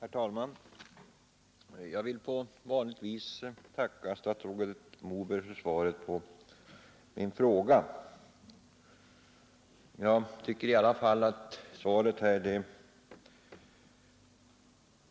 Herr talman! Jag vill på vanligt sätt tacka statsrådet Moberg för svaret på min fråga. Jag tycker dock att svaret